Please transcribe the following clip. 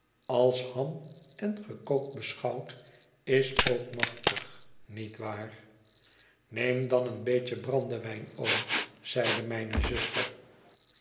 als ham en gekookt beschouwd is ook machtig niet waar neem dan een beetje brandewijn oom zeide mijne zuster